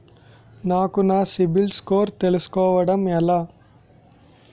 నాకు నా సిబిల్ స్కోర్ తెలుసుకోవడం ఎలా?